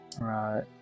Right